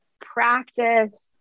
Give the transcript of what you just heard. practice